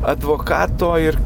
advokato ir